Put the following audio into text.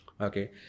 Okay